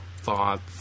thoughts